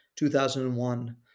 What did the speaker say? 2001